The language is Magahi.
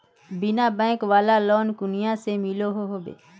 बिना बैंक वाला लोन कुनियाँ से मिलोहो होबे?